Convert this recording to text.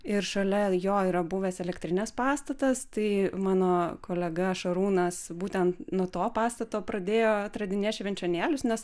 ir šalia jo yra buvęs elektrinės pastatas tai mano kolega šarūnas būtent nuo to pastato pradėjo atradinėt švenčionėlius nes